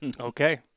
Okay